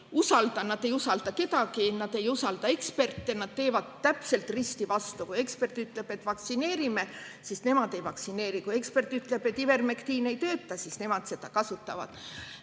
ei usalda kedagi. Nad ei usalda ka eksperte. Nad teevad täpselt risti vastu. Kui ekspert ütleb, et vaktsineerime, siis nemad ei vaktsineeri. Kui ekspert ütleb, et ivermektiin ei tööta, siis nemad kasutavad